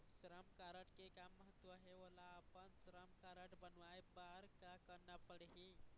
श्रम कारड के का महत्व हे, मोला अपन श्रम कारड बनवाए बार का करना पढ़ही?